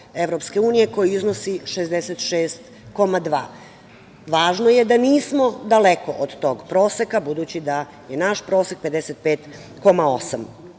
Evropske unije, koji iznosi 66,2. Važno je da nismo daleko od tog proseka, budući da je naš prosek 55,8.